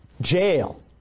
jail